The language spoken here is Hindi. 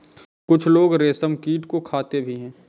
कुछ लोग रेशमकीट को खाते भी हैं